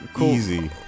easy